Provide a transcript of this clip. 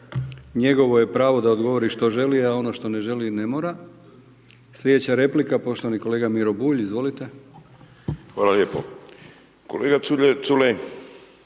Njegovo je pravo da odgovori što želi, a ono što ne želi ne mora. Sljedeća replika poštovani kolega Miro Bulj. Izvolite. **Bulj, Miro